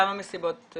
בכמה מסיבות בחודש?